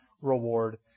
reward